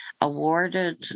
awarded